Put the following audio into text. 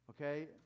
Okay